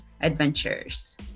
adventures